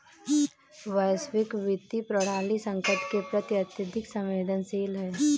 वैश्विक वित्तीय प्रणाली संकट के प्रति अत्यधिक संवेदनशील है